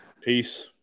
Peace